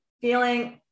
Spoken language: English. feeling